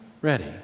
ready